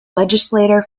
legislator